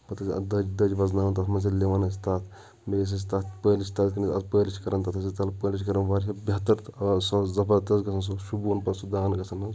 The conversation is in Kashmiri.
پَتہٕ ٲسۍ اکھ دٔج دٔج وَزناوان تَتھ منٛز ییٚلہِ لِوان ٲسۍ تَتھ میٚژ ٲسۍ تَتھ پٲلِش تَتھ ٲسۍ پٲلِش کران تَتھ ٲسۍ پٲلِش کران واریاہ بِہتَر آ سُہ اوس زَبردَست گژھان سُہ اوس شُوبوُن پتہٕ سُہ دان گژھان حظ